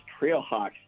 Trailhawks